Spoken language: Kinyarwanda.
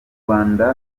rwanda